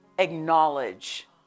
Acknowledge